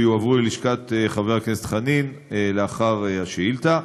והן יועברו ללשכת חבר הכנסת חנין לאחר השאילתה.